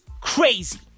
crazy